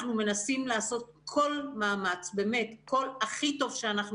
אנחנו מנסים לעשות כל מאמץ הכי טוב שאנחנו